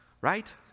right